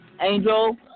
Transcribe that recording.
angel